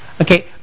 okay